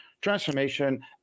transformation